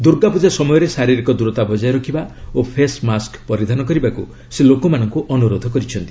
ଦୁର୍ଗାପୂଜା ସମୟରେ ଶାରୀରିକ ଦୂରତା ବଜାୟ ରଖିବା ଓ ଫେସ୍ ମାସ୍କ୍ ପରିଧାନ କରିବାକୁ ସେ ଲୋକମାନଙ୍କୁ ଅନୁରୋଧ କରିଛନ୍ତି